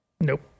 Nope